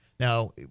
Now